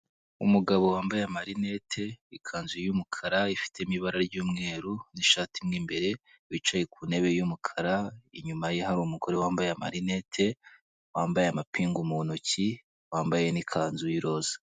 Umugabo wambaye amarinete, ikanzu y'umukara ifite mo ibara ry'umweru n'ishati mo imbere wicaye ku ntebe y'umukara, inyuma ye hari umugore wambaye amarinete wambaye amapingu mu ntoki, wambaye n'ikanzu y'iroza.